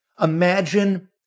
Imagine